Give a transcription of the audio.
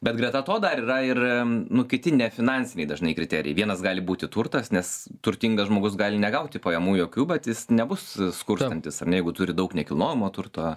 bet greta to dar yra ir n nu kiti nefinansiniai dažnai kriterijai vienas gali būti turtas nes turtingas žmogus gali negauti pajamų jokių bet jis nebus skurstantis ar ne jeigu turi daug nekilnojamo turto